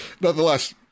nonetheless